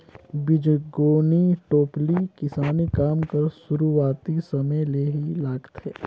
बीजगोनी टोपली किसानी काम कर सुरूवाती समे ले ही लागथे